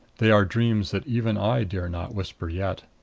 they are dreams that even i dare not whisper yet.